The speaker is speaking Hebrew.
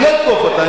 אני לא אתקוף אותה,